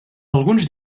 alguns